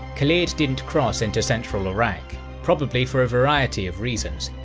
khalid didn't cross into central iraq, probably for a variety of reasons.